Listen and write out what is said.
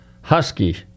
Husky